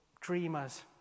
dreamers